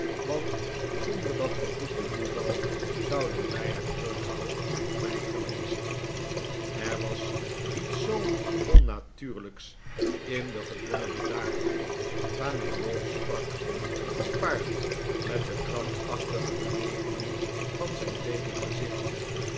want zonder dat vervloekte toeval zouden wij hem heel gauw zijn kwijt geweest er was iets zoo onnatuurlijks in de gedwongen bedaardheid waarmee ralph sprak gepaard met de krampachtige bewegingen van zijn bleeke gezicht